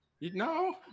No